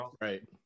right